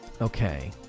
okay